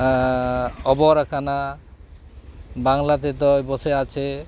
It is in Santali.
ᱚᱵᱚᱨ ᱟᱠᱟᱱᱟ ᱵᱟᱝᱞᱟᱛᱮ ᱫᱚ ᱵᱚᱥᱮ ᱟᱪᱷᱮ